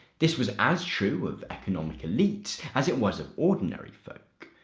this was as true of economic elites as it was of ordinary folk.